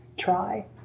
try